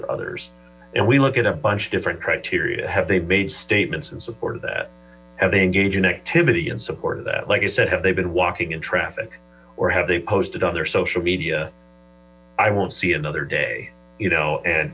or others and we look at a bunch different criteria have they made statements in support of that have they engage in activity in support of that like i said have they been walking in traffic or have they posted on their social media i won't see another day you know and